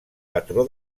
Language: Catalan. patró